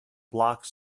blocked